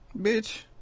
bitch